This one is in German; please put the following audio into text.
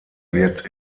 wird